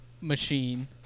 machine